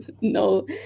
no